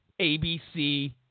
ABC